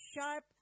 sharp